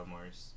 Mars